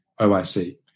OIC